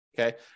Okay